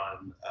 on